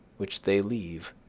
which they leave,